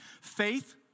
Faith